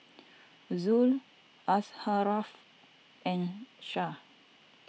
Zul Asharaff and Syah